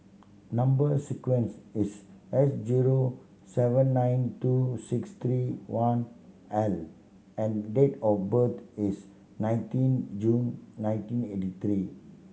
number sequence is S zero seven nine two six three one L and date of birth is nineteen June nineteen eighty three